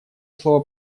слово